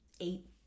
eight